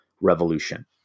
revolution